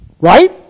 Right